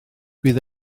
bydd